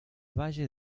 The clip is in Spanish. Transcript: valle